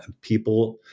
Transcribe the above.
people